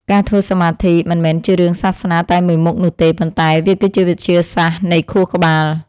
ការធ្វើសមាធិមិនមែនជារឿងសាសនាតែមួយមុខនោះទេប៉ុន្តែវាគឺជាវិទ្យាសាស្ត្រនៃខួរក្បាល។